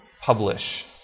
publish